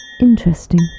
Interesting